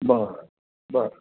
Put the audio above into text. बर बर